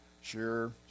sure